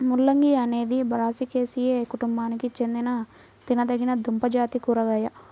ముల్లంగి అనేది బ్రాసికాసియే కుటుంబానికి చెందిన తినదగిన దుంపజాతి కూరగాయ